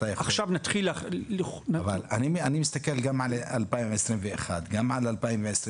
אני מסתכל על 2021 ועל 2022